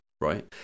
right